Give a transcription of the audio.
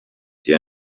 die